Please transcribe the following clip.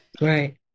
Right